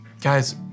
Guys